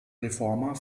reformer